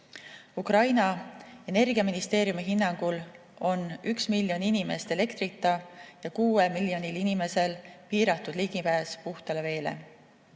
Ukraina energiaministeeriumi hinnangul on 1 miljon inimest elektrita ja 6 miljonil inimesel piiratud ligipääs puhtale veele.